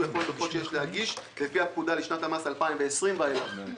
והוא יחול על דוחות שיש להגיש לפי הפקודה לשנת המס 2020 ואילך."